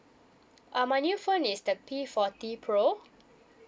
uh my new phone is the P forty pro